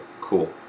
cool